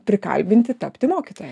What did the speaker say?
prikalbinti tapti mokytoja